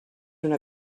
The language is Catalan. una